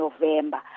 November